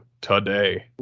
today